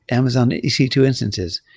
amazon e c two instances.